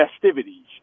festivities